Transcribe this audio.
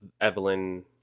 evelyn